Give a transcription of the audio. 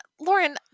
Lauren